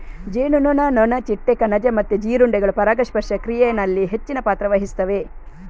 ಜೇನುನೊಣ, ನೊಣ, ಚಿಟ್ಟೆ, ಕಣಜ ಮತ್ತೆ ಜೀರುಂಡೆಗಳು ಪರಾಗಸ್ಪರ್ಶ ಕ್ರಿಯೆನಲ್ಲಿ ಹೆಚ್ಚಿನ ಪಾತ್ರ ವಹಿಸ್ತವೆ